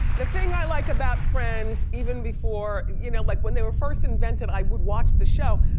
the thing i like about friends, even before, you know like when they were first invented, i would watch the show,